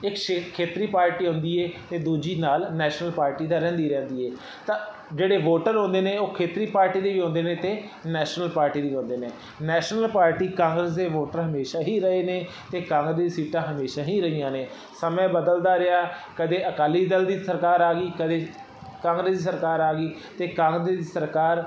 ਇੱਕ ਸੇਤ ਖੇਤਰੀ ਪਾਰਟੀ ਹੁੰਦੀ ਹੈ ਅਤੇ ਦੂਜੀ ਨਾਲ ਨੈਸ਼ਨਲ ਪਾਰਟੀ ਤਾਂ ਰਹਿੰਦੀ ਰਹਿੰਦੀ ਹੈ ਤਾਂ ਜਿਹੜੇ ਵੋਟਰ ਹੁੰਦੇ ਨੇ ਉਹ ਖੇਤਰੀ ਪਾਰਟੀ ਦੇ ਵੀ ਹੁੰਦੇ ਨੇ ਅਤੇ ਨੈਸ਼ਨਲ ਪਾਰਟੀ ਦੇ ਵੀ ਹੁੰਦੇ ਨੇ ਨੈਸ਼ਨਲ ਪਾਰਟੀ ਕਾਂਗਰਸ ਦੇ ਵੋਟਰ ਹਮੇਸ਼ਾ ਹੀ ਰਹੇ ਨੇ ਅਤੇ ਕਾਂਗਰਸ ਦੀ ਸੀਟਾਂ ਹਮੇਸ਼ਾ ਹੀ ਰਹੀਆਂ ਨੇ ਸਮੇਂ ਬਦਲਦਾ ਰਿਹਾ ਕਦੇ ਅਕਾਲੀ ਦਲ ਦੀ ਸਰਕਾਰ ਆ ਗਈ ਕਦੇ ਕਾਂਗਰਸ ਦੀ ਸਰਕਾਰ ਆ ਗਈ ਅਤੇ ਕਾਂਗਰਸ ਦੀ ਸਰਕਾਰ